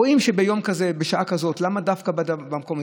רואים שביום כזה, בשעה כזאת, למה דווקא במקום הזה?